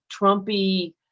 Trumpy